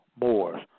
Moors